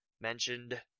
Mentioned